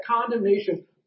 condemnation